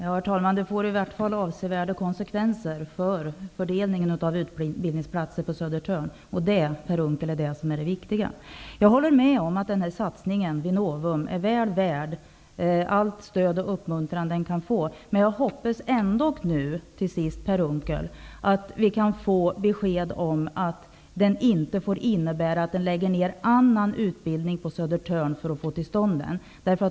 Herr talman! Det får i alla fall avsevärda konsekvenser för fördelningen av utbildningsplatser på Södertörn. Det är det viktiga, Jag håller med om att satsningen vid Novum är väl värd allt stöd och uppmuntran den kan få. Men jag hoppas ändå, till sist Per Unckel, att vi kan få besked om att det inte får innebära att man lägger ner annan utbildning på Södertörn för att den skall komma till stånd.